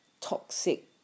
toxic